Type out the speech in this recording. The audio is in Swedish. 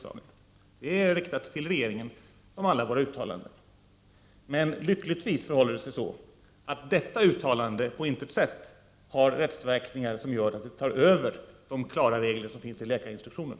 Det är riktat till regeringen, som alla våra uttalanden. Men lyckligtvis har detta uttalande på intet sätt rättsverkningar som gör att det tar över de klara regler som finns i läkarinstruktionen.